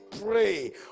pray